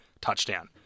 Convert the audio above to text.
touchdown